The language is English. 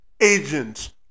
agents